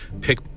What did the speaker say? pick